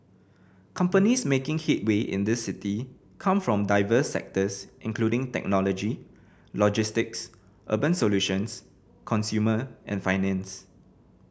companies making headway in this city come from diverse sectors including technology logistics urban solutions consumer and finance